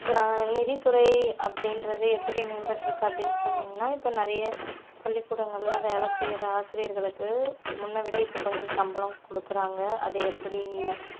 க்ரா நிதித்துறை அப்படின்றது எப்படி மேம்பட்டு இருக்குது அப்படின்னு சொன்னீங்கன்னால் இப்போ நிறைய பள்ளிக்கூடங்களில் வேலை செய்கிற ஆசிரியர்களுக்கு முன்னே விட இப்பபோ கொஞ்சம் சம்பளம் கொடுக்குறாங்க அதை எப்படி